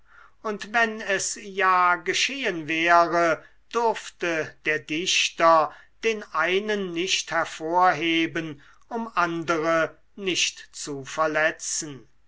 und wenn es ja geschehen wäre durfte der dichter den einen nicht hervorheben um andere nicht zu verletzen